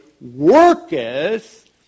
worketh